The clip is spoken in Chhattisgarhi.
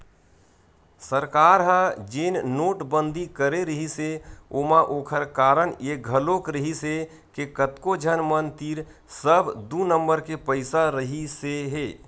सरकार ह जेन नोटबंदी करे रिहिस हे ओमा ओखर कारन ये घलोक रिहिस हे के कतको झन मन तीर सब दू नंबर के पइसा रहिसे हे